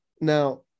Now